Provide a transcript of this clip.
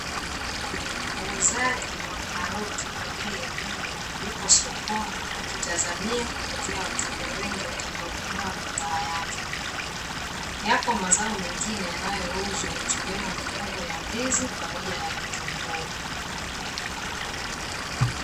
Muuzaji wa karoti kwa bei ya jumla yuko sokoni, akitazamia kupokea wateja wengi watakaonunua bidhaa yake. Yapo mazao mengine yanayouzwa, ikiwemo mikungu ya ndizi pamoja na vitunguu.